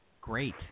Great